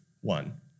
one